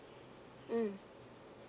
mm